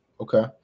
Okay